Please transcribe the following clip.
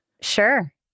Sure